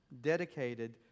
dedicated